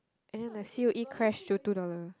and then the C_O_E crash to two dollar